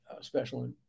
special